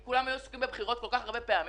כי כולם היו עסוקים בבחירות כל כך הרבה פעמים.